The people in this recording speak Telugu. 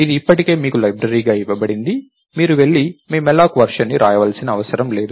ఇది ఇప్పటికే మీకు లైబ్రరీగా ఇవ్వబడింది మీరు వెళ్లి మీ మాలాక్ వర్షన్ని వ్రాయవలసిన అవసరం లేదు